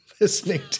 listening